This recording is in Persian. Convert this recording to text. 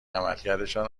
عملکردشان